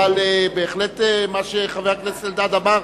אבל מה שחבר הכנסת אלדד אמר,